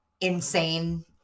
insane